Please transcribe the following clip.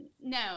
No